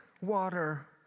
water